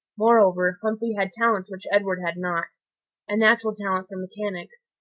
moreover, humphrey had talents which edward had not a natural talent for mechanics,